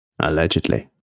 Allegedly